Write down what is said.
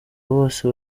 bose